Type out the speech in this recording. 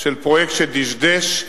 של פרויקט שדשדש.